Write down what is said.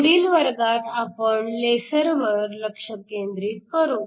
पुढील वर्गात आपण लेसरवर लक्ष केंद्रित करू